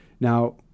Now